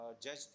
judge